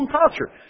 culture